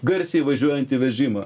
garsiai įvažiuojantį vežimą